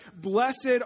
Blessed